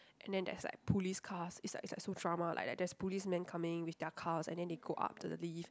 and then there's like police cars is like is like so drama like that there's policemen coming with their cars and then they go up to the lift